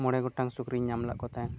ᱢᱚᱬᱮ ᱜᱚᱴᱟᱱ ᱥᱩᱠᱨᱤᱧ ᱧᱟᱢ ᱞᱮᱫ ᱠᱚ ᱛᱟᱦᱮᱸᱫ